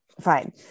fine